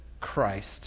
Christ